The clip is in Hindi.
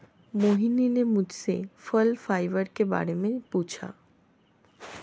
मोहिनी ने मुझसे फल फाइबर के बारे में पूछा